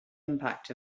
impact